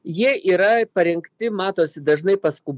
jie yra parengti matosi dažnai pasku